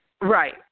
Right